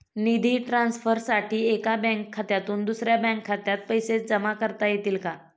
निधी ट्रान्सफरसाठी एका बँक खात्यातून दुसऱ्या बँक खात्यात पैसे जमा करता येतील का?